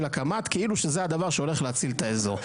כאילו זה הדבר שהולך להציל את האזור.